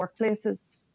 workplaces